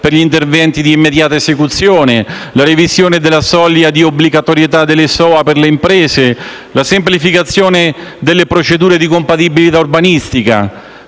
per gli interventi di immediata esecuzione, la revisione della soglia di obbligatorietà delle SOA per le imprese, la semplificazione delle procedure di compatibilità urbanistica,